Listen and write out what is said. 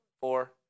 Four